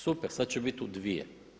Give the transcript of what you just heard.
Super, sada će biti u dvije.